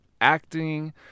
acting